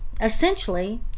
essentially